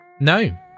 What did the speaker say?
No